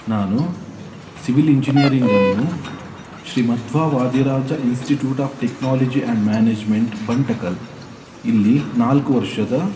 ನಾನು ಸಿವಿಲ್ ಇಂಜಿನಿಯರಿಂಗನ್ನು Shri Madhwa Vadiraja institute of technology and management Bantakal ಇಲ್ಲಿ ನಾಲ್ಕು ವರ್ಷದ